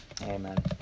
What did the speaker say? Amen